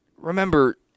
remember